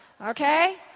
okay